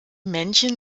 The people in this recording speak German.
männchen